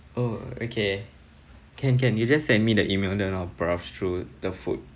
oh okay can can you just send me the email then I'll browse through the food